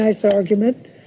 nice argument